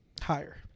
Higher